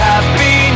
Happy